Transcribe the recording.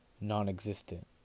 non-existent